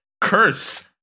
curse